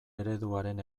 ereduaren